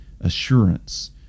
assurance